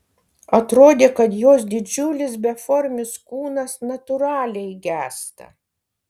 atrodė kad jos didžiulis beformis kūnas natūraliai gęsta